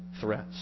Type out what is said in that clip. threats